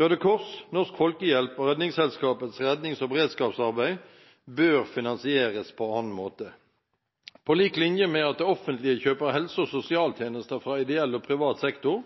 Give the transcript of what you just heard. Røde Kors, Norsk Folkehjelp og Redningsselskapets rednings- og beredskapsarbeid bør finansieres på annen måte. På lik linje med at det offentlige kjøper helse- og sosialtjenester fra ideell og privat sektor,